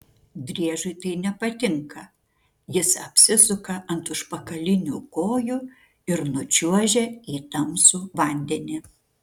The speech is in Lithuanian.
driežui tai nepatinka jis apsisuka ant užpakalinių kojų ir nučiuožia į tamsų vandenį